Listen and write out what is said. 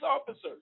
officers